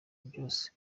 byose